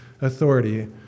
authority